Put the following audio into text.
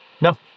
No